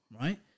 right